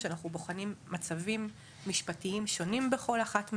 שאנחנו בוחנים מצבים משפטיים שונים בכל אחת מהמדינות.